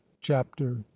chapter